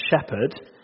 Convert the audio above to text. shepherd